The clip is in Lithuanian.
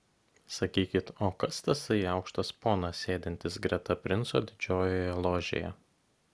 sakykit o kas tasai aukštas ponas sėdintis greta princo didžiojoje ložėje